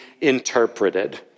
interpreted